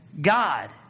god